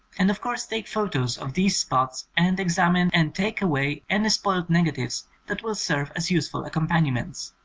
and of course take photos of these spots and examine and take away any spoilt negatives that will serve as useful accompaniments.